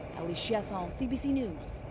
ali chiasson, cbc news,